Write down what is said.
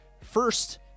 first